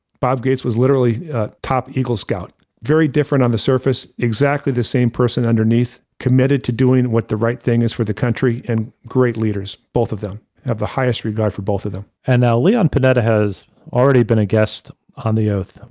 bob gates was literally top eagle scout, very different on the surface, exactly the same person underneath committed to doing what the right thing is for the country and great leaders, both of them. i have the highest regard for both of them. and now, leon panetta has already been a guest on the oath.